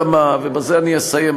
ובזה אני אסיים,